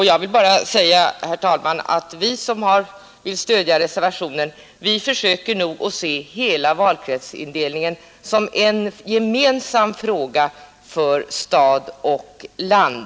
Jag vill bara tillägga att vi som stöder reservationen försöker se hela valkretsindelningen som en gemensam fråga för stad och land.